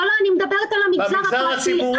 אני מדברת על המגזר הפרטי.